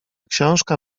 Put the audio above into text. książka